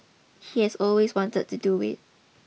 he has always wanted to do it